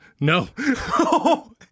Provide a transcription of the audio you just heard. No